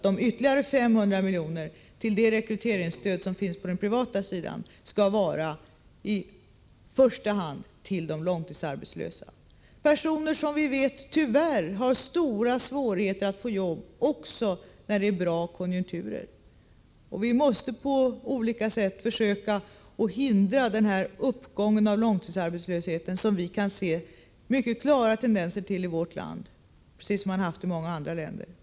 De ytterligare 500 milj.kr. till de rekryteringsstöd som finns på den privata sidan är i första hand avsedda för de långtidsarbetslösa, de personer som vi vet tyvärr har stora svårigheter att få arbete också när det är bra konjunkturer. Vi måste på olika sätt försöka hindra uppgången av långtidsarbetslösheten, som vi kan se mycket klara tendenser till i vårt land, precis som man har sett i många andra länder.